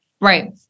Right